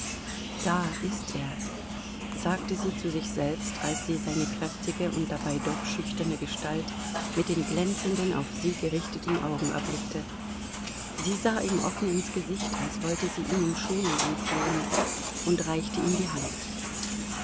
da ist er sagte sie zu sich selbst als sie seine kräftige und dabei doch schüchterne gestalt mit den glänzenden auf sie gerichteten augen erblickte sie sah ihm offen ins gesicht als wollte sie ihn um schonung anflehen und reichte ihm die hand